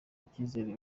icyizere